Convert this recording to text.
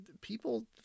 people